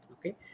Okay